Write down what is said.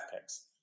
picks